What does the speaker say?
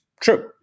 true